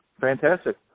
Fantastic